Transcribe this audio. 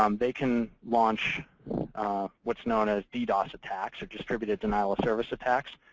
um they can launch what's known as ddos attacks, or distributed denial-of-service attacks.